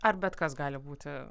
ar bet kas gali būti